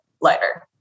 lighter